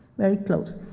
very close.